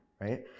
right